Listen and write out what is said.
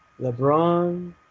LeBron